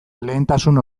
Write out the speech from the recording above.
lehentasun